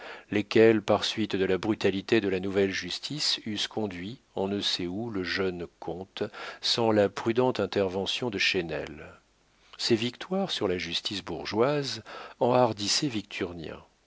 lesquels par suite de la brutalité de la nouvelle justice eussent conduit on ne sait où le jeune comte sans la prudente intervention de chesnel ces victoires sur la justice bourgeoise enhardissaient